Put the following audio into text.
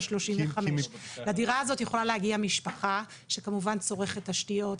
35. לדירה הזאת יכולה להגיע משפחה שכמובן צורכת תשתיות,